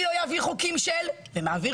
אני לא אעביר חוקים של - ומעביר.